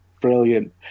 brilliant